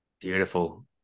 Beautiful